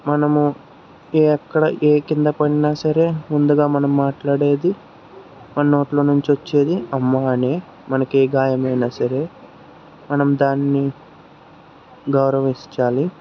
మనము ఎక్కడ ఏ కిందపడిన సరే ముందుగా మనం మాట్లాడేది మన నోట్లో నుంచి వచ్చేది అమ్మ అని మనకి ఏ గాయమనే సరే మనం దాన్ని గౌరవించాలి